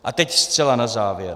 A teď zcela na závěr.